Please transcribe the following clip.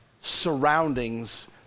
surroundings